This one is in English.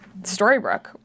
Storybrooke